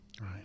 Right